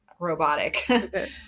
robotic